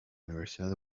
universidad